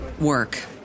work